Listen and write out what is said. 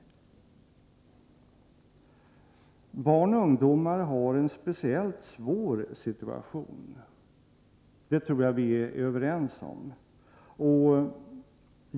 Barn och ungdomar har en speciellt svår situation, det tror jag vi är överens om.